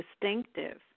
distinctive